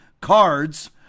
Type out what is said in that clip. cards